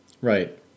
Right